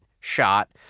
shot